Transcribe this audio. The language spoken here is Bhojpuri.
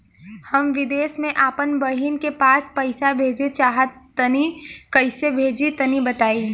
हम विदेस मे आपन बहिन के पास पईसा भेजल चाहऽ तनि कईसे भेजि तनि बताई?